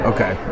Okay